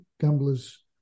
Gambler's